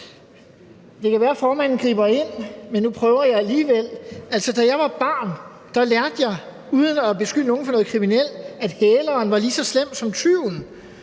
Det kan være, at formanden griber ind, men nu prøver jeg alligevel. Da jeg var barn, lærte jeg – uden at beskylde nogen for noget kriminelt – at hæleren var lige så slem som tyven.